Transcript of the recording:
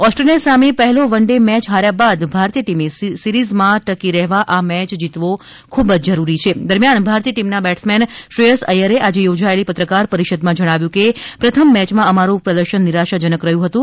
Australia સામે પહેલો one day match હાર્યા બાદ ભારતીય ટીમે સિરીઝમાં ટકી રહેવા આ મેચ જીતવો જરૂરી છે દરમ્યાન ભારતીય ટીમના બેટ્સમેન શ્રેયસ અથ્યરે આજે યોજાયેલી પત્રકાર પરિષદમાં જણાવ્યું હતું કે પ્રથમ મેચમાં અમારૂં પ્રદર્શન નિરાશાજનક રહ્યું હતું